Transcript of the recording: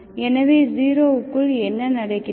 எனவே 0 க்குள் என்ன நடக்கிறது